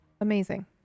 amazing